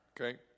okay